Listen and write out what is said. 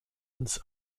uns